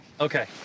Okay